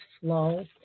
flow